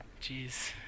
Jeez